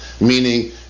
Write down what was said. meaning